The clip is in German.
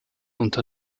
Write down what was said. unter